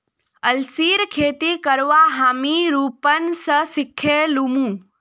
अलसीर खेती करवा हामी रूपन स सिखे लीमु